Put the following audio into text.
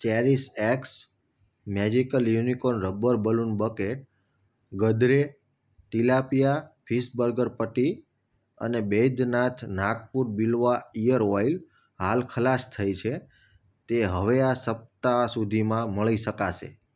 CherishX magical unicorn rubber balloon bucket Gadre tilapia fish burger પટ્ટી અને Baidyanath Nagpur Bilwa ear oil હાલ ખલાસ થઇ છે તે હવે આ સપ્તાહસુધીમાં મળી શકશે